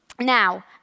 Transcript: Now